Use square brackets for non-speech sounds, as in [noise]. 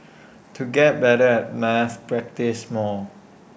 [noise] to get better at maths practise more